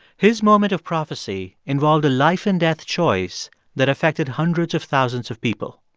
his moment of prophecy involved a life-and-death choice that affected hundreds of thousands of people.